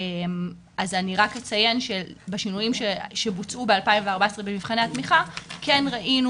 אז אני רק אציין שבשינויים שבוצעו ב-2014 במבחני התמיכה כן ראינו